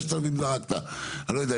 5,000. אני לא יודע,